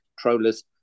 controllers